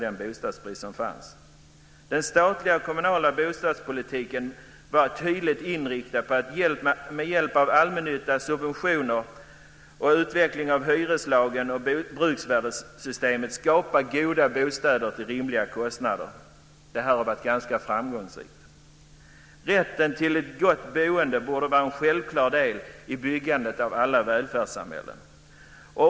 Den statliga och kommunala bostadspolitiken var tydligt inriktad på att med hjälp av allmännyttan, subventioner, utveckling av hyreslagen och bruksvärdessystemet skapa goda bostäder till rimliga kostnader, och den politiken har också varit ganska framgångsrik. Rätten till ett gott boende var en självklar del av byggandet av alla välfärdssamhällen.